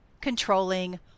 controlling